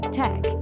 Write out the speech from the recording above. tech